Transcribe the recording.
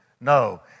No